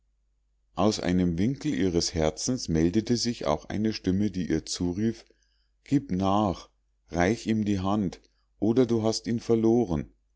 aus einem winkel ihres herzens meldete sich auch eine stimme die ihr zurief gieb nach reich ihm die hand oder du hast ihn verloren